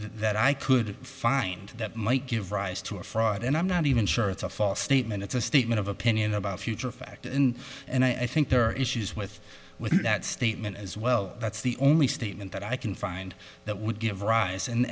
that i could find that might give rise to a fraud and i'm not even sure it's a false statement it's a statement of opinion about future fact in and i think there are issues with with that statement as well that's the only statement that i can find that would give rise and